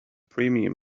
premium